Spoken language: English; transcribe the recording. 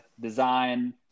design